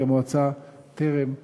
כי המועצה טרם הוקמה.